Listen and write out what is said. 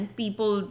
people